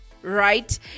Right